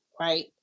right